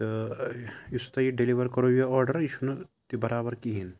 تہٕ یُس تۄہہِ یہِ ڈیٚلِوَر کوٚروٗ یہِ آرڈَر یہِ چھُنہٕ تہِ برابر کِہیٖنۍ